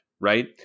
right